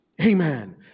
Amen